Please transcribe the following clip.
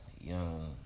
young